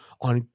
on